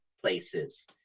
places